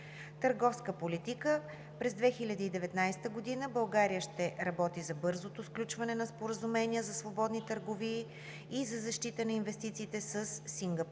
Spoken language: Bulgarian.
Търговска политика През 2019 г. България ще работи за бързото сключване на споразуменията за свободна търговия и за защита на инвестициите със Сингапур,